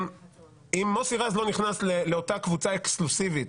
אם מוסי רז לא נכנס לאותה קבוצה אקסקלוסיבית